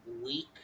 week